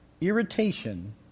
irritation